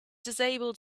disabled